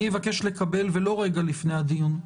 אבקש לקבל, ולא רק רגע לפני הדיון,